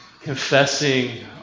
confessing